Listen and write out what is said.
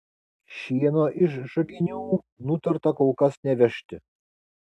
šieno iš žaginių nutarta kol kas nevežti